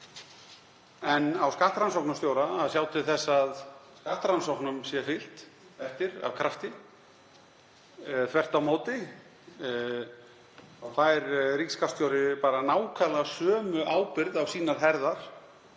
en á skattrannsóknarstjóra, að sjá til þess að skattrannsóknum sé fylgt eftir af krafti. Þvert á móti fær ríkisskattstjóri nákvæmlega sömu ábyrgð á sínar herðar